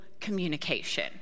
communication